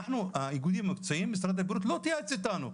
אנחנו האיגודים המקצועיים משרד הבריאות לא התייעץ איתנו,